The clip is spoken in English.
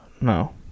No